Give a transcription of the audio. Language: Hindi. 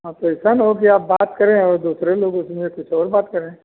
आप ऐसा ना हो कि बात करें और दूसरे लोगों से में किसी और से बात करें